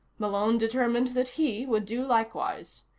malone determined that he would do likewise,